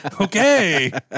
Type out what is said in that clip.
Okay